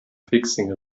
fixing